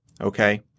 okay